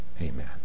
Amen